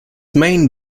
main